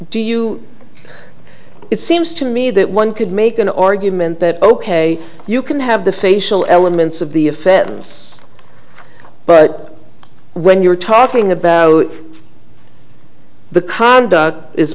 do you it seems to me that one could make an argument that ok you can have the facial elements of the offense but when you're talking about the conduct is